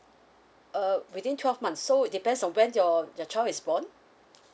uh within twelve months so it depends on when your your child is born